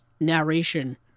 narration